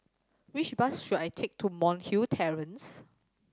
which bus should I take to Monk's Hill Terrace